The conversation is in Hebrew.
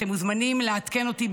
אתם מוזמנים לעדכן אותי.